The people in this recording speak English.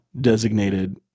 designated